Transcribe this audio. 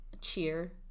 Cheer